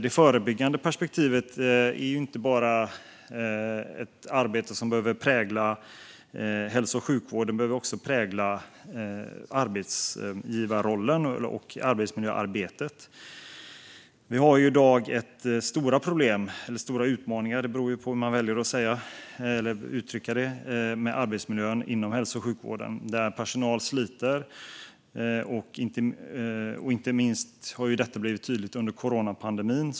Det förebyggande perspektivet behöver inte bara prägla arbetet inom hälso och sjukvården. Det behöver också prägla arbetsgivarrollen och arbetsmiljöarbetet. Vi har i dag stora problem, eller stora utmaningar - beroende på hur man väljer att uttrycka det -, med arbetsmiljön inom hälso och sjukvården. Personalen sliter. Inte minst har detta blivit tydligt under coronapandemin.